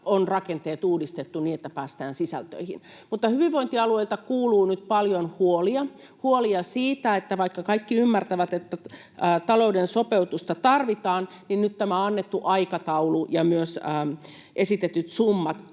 on rakenteet uudistettu niin, että päästään sisältöihin. Mutta hyvinvointialueilta kuuluu nyt paljon huolia siitä, että vaikka kaikki ymmärtävät, että talouden sopeutusta tarvitaan, niin nyt tämä annettu aikataulu ja myös esitetyt summat